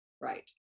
Right